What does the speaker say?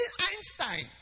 Einstein